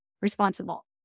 responsible